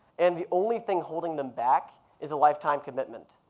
and the only thing holding them back is a lifetime commitment.